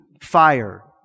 fire